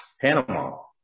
Panama